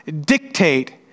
dictate